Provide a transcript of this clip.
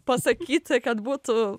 pasakyti kad būtų